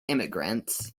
immigrants